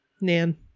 Nan